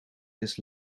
this